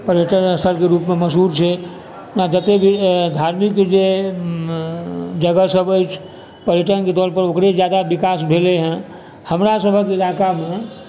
पर्यटन स्थलके रूपमे मशहूर छै आओर जते भी धार्मिक जे जगह सभ अछि पर्यटनके तौर पर ओकरे जादा विकास भेलैहँ हमरा सभक इलाकामे